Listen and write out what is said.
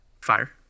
Fire